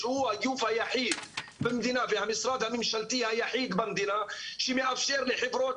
שהוא הגוף היחיד והמשרד הממשלתי היחיד במדינה שמאפשר לחברות